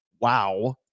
wow